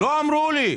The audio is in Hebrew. לא אמרו לי.